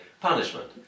punishment